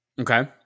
Okay